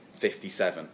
57